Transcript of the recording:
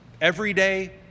everyday